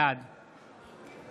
בעד